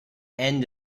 end